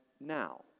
now